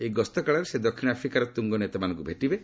ଏହି ଗସ୍ତକାଳରେ ସେ ଦକ୍ଷିଣ ଆଫ୍ରିକାର ତୁଙ୍ଗନେତାମାନଙ୍କୁ ଭେଟିବେ